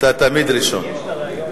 אני מסתייג לשם.